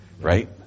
Right